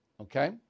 okay